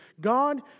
God